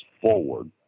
forward